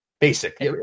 basic